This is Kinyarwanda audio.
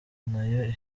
nayo